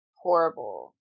horrible